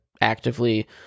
actively